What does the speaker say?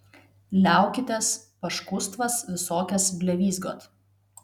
liaukitės paškustvas visokias blevyzgot